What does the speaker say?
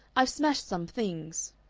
i've smashed some things.